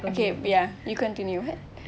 okay ya you continue what